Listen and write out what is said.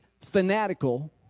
fanatical